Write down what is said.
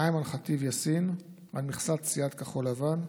אימאן ח'טיב יאסין, על מכסת סיעת כחול לבן,